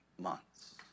months